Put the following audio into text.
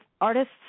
artists